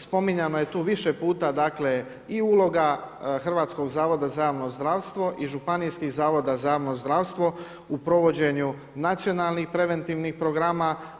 Spominjano je tu više puta, dakle i uloga Hrvatskog zavoda za javno zdravstvo i županijskih zavoda za javno zdravstvo u provođenju nacionalnih preventivnih programa.